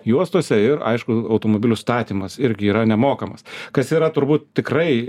juostose ir aišku automobilių statymas irgi yra nemokamas kas yra turbūt tikrai